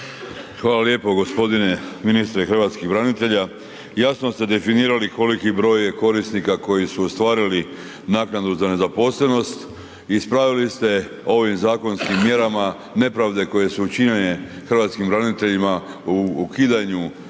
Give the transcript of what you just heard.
Hvala lijepo g. ministre hrvatskih branitelja. Jasno ste definirali koliko broj je korisnika koji su ostvarili naknadu za nezaposlenost, ispravili ste ovim zakonskim mjerama nepravde koje su učinjene hrvatskim braniteljima u ukidanju